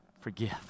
Forgive